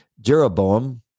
Jeroboam